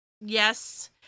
Yes